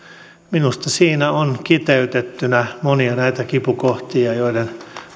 minusta siinä on kiteytettynä monia näitä kipukohtia joiden